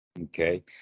Okay